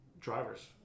drivers